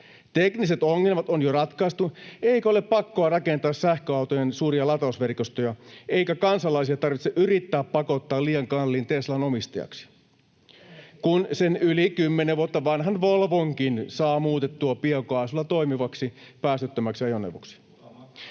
Tekniset ongelmat on jo ratkaistu, eikä ole pakkoa rakentaa sähköautojen suuria latausverkostoja, eikä kansalaisia tarvitse yrittää pakottaa liian kalliin Teslan omistajaksi, kun sen yli kymmenen vuotta vanhan Volvonkin saa muutettua biokaasulla toimivaksi, päästöttömäksi ajoneuvoksi.